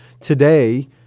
today